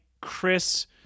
Chris –